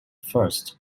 first